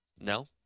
No